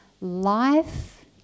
life